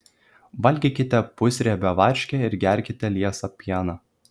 valgykite pusriebę varškę ir gerkite liesą pieną